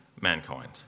mankind